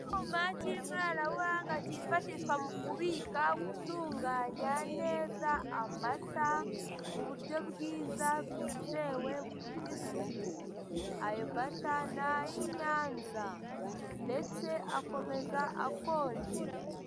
Icyuma k'ikoranabuhanga kifashishwa mu kubika gutunganya neza amata mu buryo bwiza bwizewe ndetse bufite isuku ayo mata ni ay' i Nyanza ndetse akomeza akonje.